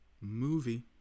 movie